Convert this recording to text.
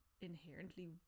inherently